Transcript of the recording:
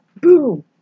Boom